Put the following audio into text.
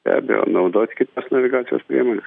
be abejo naudot kitas navigacijos priemones